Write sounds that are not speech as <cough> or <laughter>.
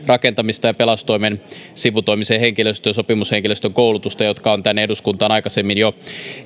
<unintelligible> rakentamista ja pelastustoimen sivutoimisen henkilöstön ja sopimushenkilöstön koulutusta jotka on tänne eduskuntaan aikaisemmin jo